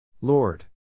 Lord